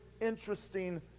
interesting